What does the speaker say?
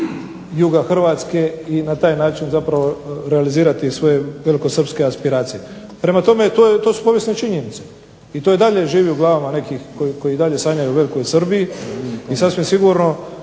juga Hrvatske i na taj način zapravo realizirati svoje velikosrpske aspiracije. Prema tome, to su korisne činjenice i to i dalje živi u glavama nekih koji i dalje sanjaju o velikoj Srbiji i sasvim sigurno